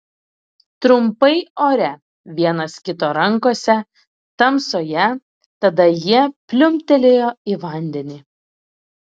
trumpai ore vienas kito rankose tamsoje tada jie pliumptelėjo į vandenį